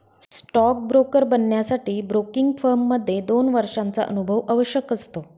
stock broker बनण्यासाठी broking firm मध्ये दोन वर्षांचा अनुभव आवश्यक असतो